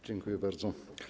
Dziękuję bardzo.